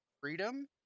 freedom